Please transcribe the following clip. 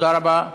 תודה רבה.